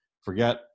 forget